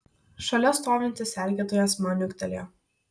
šalia stovintis sergėtojas man niuktelėjo